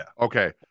Okay